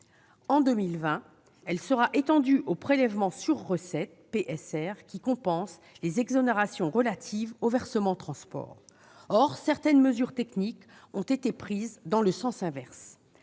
en 2020, elle sera étendue au prélèvement sur recettes (PSR) qui compense les exonérations relatives au versement transport. Toutefois, certaines mesures techniques ont été prises en sens inverse.